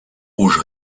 rouge